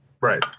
Right